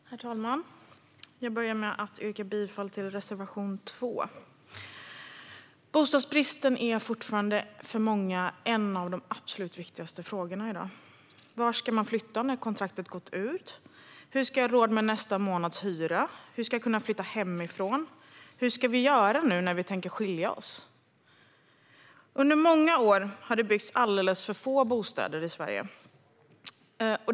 Herr talman! Jag börjar med att yrka bifall till reservation 2. Bostadsbristen är fortfarande för många en av de absolut viktigaste frågorna i dag. Vart ska man flytta när kontraktet har gått ut? Hur ska jag ha råd med nästa månads hyra? Hur ska jag kunna flytta hemifrån? Hur ska vi göra när vi tänker skilja oss? Under många år har det byggts alldeles för få bostäder i Sverige.